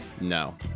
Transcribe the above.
No